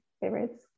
favorites